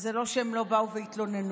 וזה לא שהם לא באו והתלוננו.